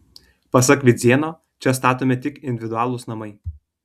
pasak vidzėno čia statomi tik individualūs namai